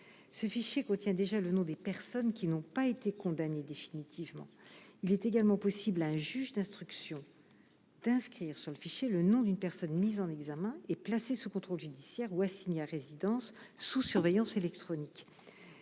ce fichier contient déjà le nom des personnes qui n'ont pas été condamné définitivement, il est également possible, la juge d'instruction d'inscrire sur le fichier, le nom d'une personne mise en examen et placé sous contrôle judiciaire ou assigné à résidence sous surveillance électronique,